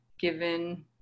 given